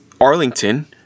Arlington